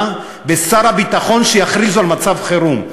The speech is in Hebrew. ושר הביטחון שיכריזו על מצב חירום.